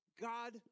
God